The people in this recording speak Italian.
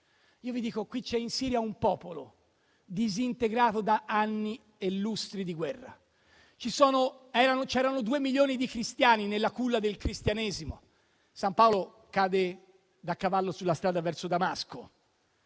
In Siria c'è un popolo disintegrato da anni, lustri di guerra. C'erano due milioni di cristiani nella culla del cristianesimo. San Paolo cade da cavallo sulla strada verso Damasco,